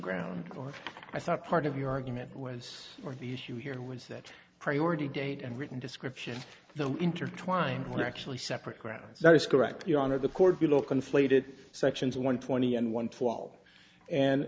ground or i thought part of your argument was or the issue here was that priority date and written description of the intertwined were actually separate grounds that is correct your honor the court below conflated sections one twenty and one twelve and